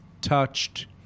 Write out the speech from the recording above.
touched